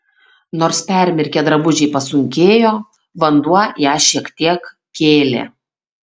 nors permirkę drabužiai pasunkėjo vanduo ją šiek tiek kėlė